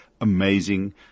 Amazing